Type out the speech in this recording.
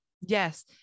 yes